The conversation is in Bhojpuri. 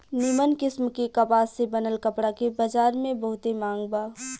निमन किस्म के कपास से बनल कपड़ा के बजार में बहुते मांग बा